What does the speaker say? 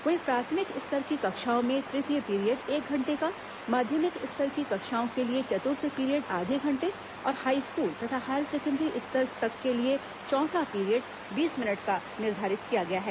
वहीं प्राथमिक स्तर की कक्षाओं में तृतीय पीरियड एक घंटे का माध्यमिक स्तर की कक्षाओं के लिए चतुर्थ पीरियड आधे घंटे और हाई स्कूल तथां हायर सेकेण्डरी स्तर तक के लिए चौथा पीरियड बीस मिनट का निर्धारित किया गया है